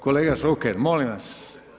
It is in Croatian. Kolega Šuker, molim vas.